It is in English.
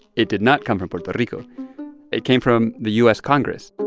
it did not come from puerto rico it came from the u s. congress